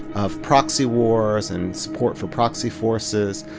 of proxy wars and support for proxy forces,